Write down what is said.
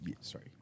Sorry